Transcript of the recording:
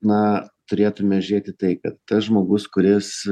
na turėtume žiūrėti į tai kad tas žmogus kuris